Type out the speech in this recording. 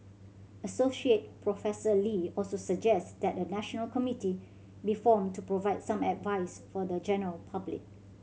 Associate Professor Lee also suggest that a national committee be formed to provide some advice for the general public